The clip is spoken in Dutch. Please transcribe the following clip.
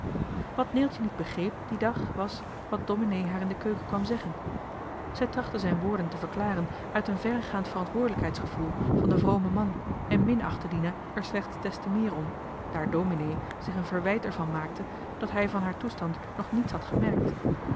wat neeltje niet begreep dien dag was wat domenee haar in de keuken kwam zeggen zij trachtte zijn woorden te verklaren uit een verregaand verantwoordelijkheidsgevoel van den vromen man en minachtte dina er slechts des te meer om daar domenee er zich een verwijt van maakte dat hij van haar toestand nog niets had gemerkt